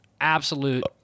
Absolute